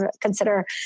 consider